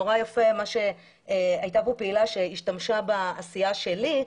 הייתה פה פעילה שהשתמשה בעשייה שלי,